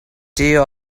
deal